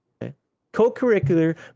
Co-curricular